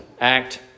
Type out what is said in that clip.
act